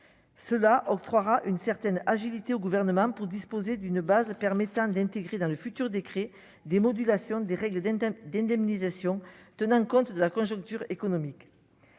cela octroiera une certaine agilité au gouvernement pour disposer d'une base permettant d'intégrer dans le futur décret des modulation des règles d'indemnisation, tenant compte de la conjoncture économique,